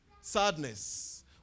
Sadness